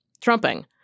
Trumping